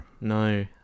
No